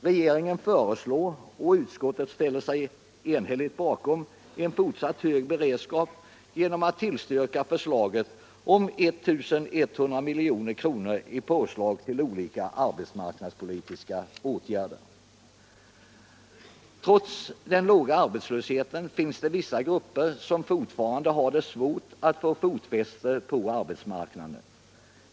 Regeringen föreslår och utskottet ställer sig enhälligt bakom en fortsatt hög beredskap genom att tillstyrka förslaget om 1 100 milj.kr. i påslag till olika arbetsmarknadspolitiska åtgärder. Trots den låga arbetslösheten finns det vissa grupper som fortfarande har svårt att få fotfäste på arbetsmarknaden.